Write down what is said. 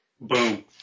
Boom